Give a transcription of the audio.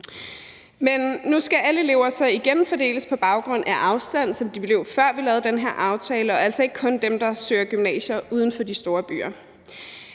nu skal alle elever så igen fordeles på baggrund af afstand, som de blev, før vi lavede den her aftale, og altså ikke kun dem, der søger gymnasier uden for de store byer.